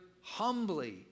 humbly